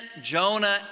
Jonah